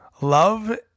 love